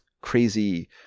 crazy